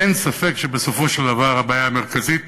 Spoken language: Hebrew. אין ספק שבסופו של דבר הבעיה המרכזית